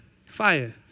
fire